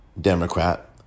Democrat